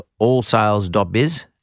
allsales.biz